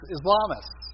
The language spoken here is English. Islamists